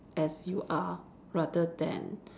as you are rather than